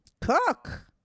Cook